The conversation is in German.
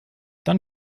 dann